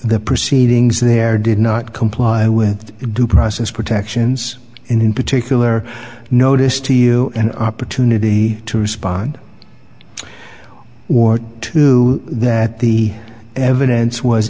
the proceedings there did not comply with the due process protections in particular notice to you an opportunity to respond or two that the evidence was